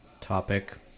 topic